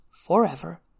Forever